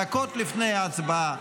דקות לפני ההצבעה,